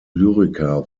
lyriker